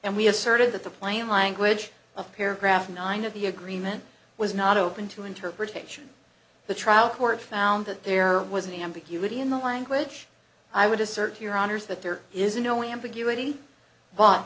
and we asserted that the plain language of paragraph nine of the agreement was not open to interpretation the trial court found that there was an ambiguity in the language i would assert here honors that there is no ambiguity but